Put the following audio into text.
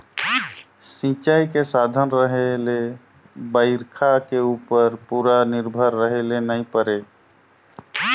सिंचई के साधन रहें ले बइरखा के उप्पर पूरा निरभर रहे ले नई परे